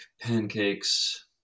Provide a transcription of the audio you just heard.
pancakes